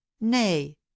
nay